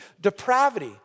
depravity